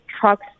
trucks